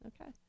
Okay